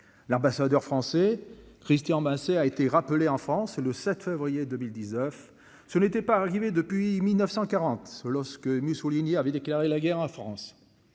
l'ambassadeur français Christian Masset a été. En France, le 7 février 2019 ce n'était pas arrivé depuis 1940. Lorsque Mussolini avait déclaré la guerre en France